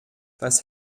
was